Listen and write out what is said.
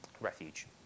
refuge